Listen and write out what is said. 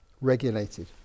regulated